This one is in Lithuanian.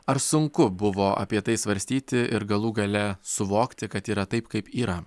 ar sunku buvo apie tai svarstyti ir galų gale suvokti kad yra taip kaip yra